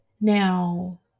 Now